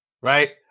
Right